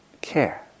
care